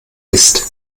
ist